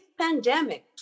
pandemic